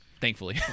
Thankfully